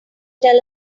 tell